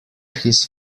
his